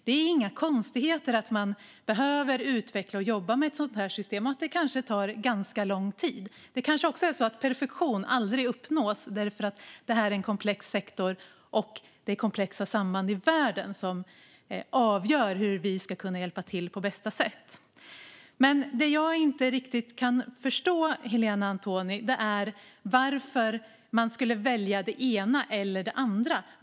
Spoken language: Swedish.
Det är inga konstigheter i att man behöver utveckla och jobba med ett sådant här system och att det kanske tar ganska lång tid. Det kanske också är så att perfektion aldrig uppnås därför att det här är en komplex sektor och det är komplexa samband i världen som avgör hur vi ska kunna hjälpa till på bästa sätt. Det jag inte riktigt kan förstå, Helena Antoni, är varför man skulle välja det ena eller det andra.